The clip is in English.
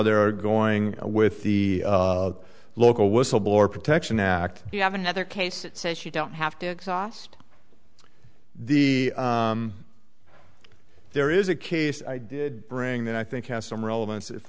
they're going with the local whistleblower protection act you have another case that says you don't have to exhaust the there is a case i did bring that i think has some relevance i